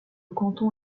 canton